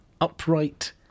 upright